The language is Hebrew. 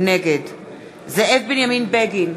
נגד זאב בנימין בגין,